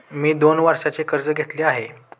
मी दोन वर्षांचे कर्ज घेतले आहे